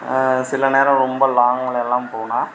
சில நேரம் ரொம்ப லாங்குலையெல்லாம் போனால்